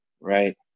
right